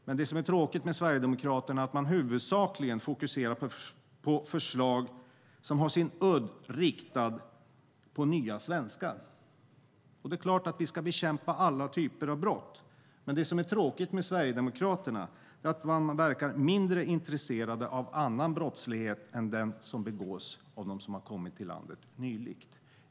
Det som är tråkigt med Sverigedemokraterna är dock att man huvudsakligen fokuserar på förslag som har sin udd riktad mot nya svenskar. Det är klart att vi ska bekämpa alla typer av brott, men det som är tråkigt med Sverigedemokraterna är att man verkar mindre intresserade av annan brottslighet än den som begås av dem som nyligen kommit till landet.